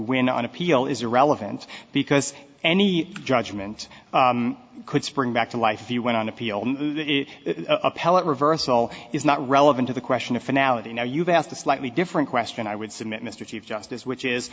win on appeal is irrelevant because any judgment could spring back to life if you went on appeal appellate reversal is not relevant to the question if analogy now you've asked a slightly different question i would submit mr chief justice which is